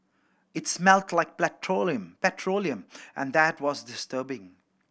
it smelt like petroleum and that was disturbing